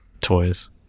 toys